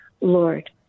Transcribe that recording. lord